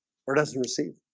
or doesn't receive